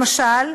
למשל,